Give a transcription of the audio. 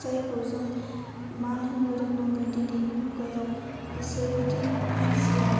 जायखौ जों मान होनो रोंनांगोन दिनैनि मुगायाव बिसोर बायदि मानसिया